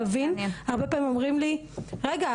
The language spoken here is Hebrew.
הרבה פעמים אומרים לי "רגע,